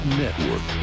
network